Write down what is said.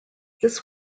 this